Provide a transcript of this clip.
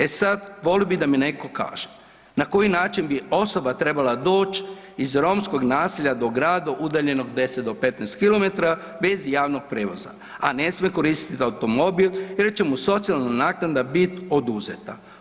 E sad volio bi da mi neko kaže, na koji način bi osoba trebala doć iz romskog naselja do grada udaljenog 10 do 15 km bez javnog prijevoza, a ne sme koristiti automobil jer će mu socijalna naknada bit oduzeta?